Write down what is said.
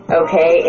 okay